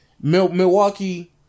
Milwaukee